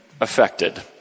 affected